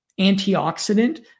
antioxidant